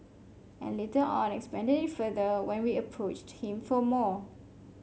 and later on expanded it further when we approached him for more